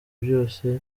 byose